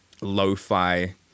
lo-fi